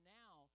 now